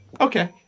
okay